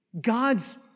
God's